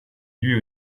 lui